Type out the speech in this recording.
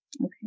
Okay